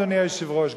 אדוני היושב-ראש,